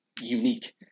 unique